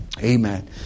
Amen